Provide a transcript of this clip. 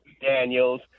Daniels